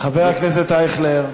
חבר הכנסת אייכלר,